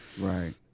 Right